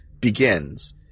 begins